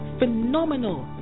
phenomenal